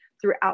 throughout